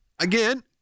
again